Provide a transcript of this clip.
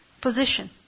position